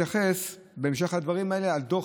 אני דווקא רוצה להתייחס בהמשך לדברים האלה על הדוח